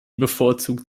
bevorzugt